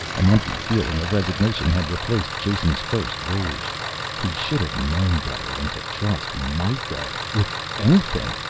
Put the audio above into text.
an empty feeling of resignation had replaced jason's first rage he should have known better than to trust mikah with anything,